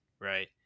right